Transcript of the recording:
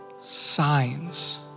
signs